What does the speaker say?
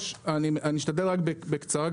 אדוני היושב-ראש, אשתדל לדבר בקצרה.